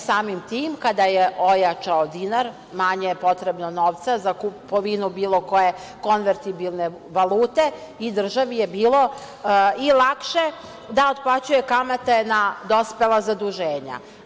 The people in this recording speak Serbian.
Samim tim kada je ojačao dinar, manje je potrebno novca za kupovinu bilo koje konvertibilne valute i državi je bilo i lakše da otplaćuje kamate na dospela zaduženja.